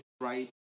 right